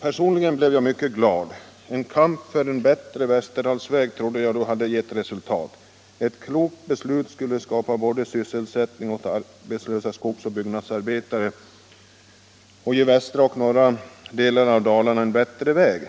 Personligen blev jag mycket glad — en kamp för en bättre Västerdalsväg trodde jag då hade gett resultat. Ett klokt beslut skulle både skapa sysselsättning åt arbetslösa skogsoch byggnadsarbetare och ge västra och norra delarna av Dalarna en bättre väg.